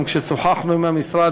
גם כאשר שוחחנו עם המשרד,